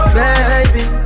baby